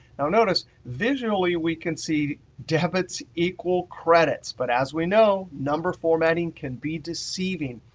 now notice, visually, we can see debits equal credits. but as we know, number formatting can be deceiving.